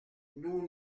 nous